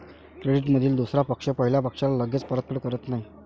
क्रेडिटमधील दुसरा पक्ष पहिल्या पक्षाला लगेच परतफेड करत नाही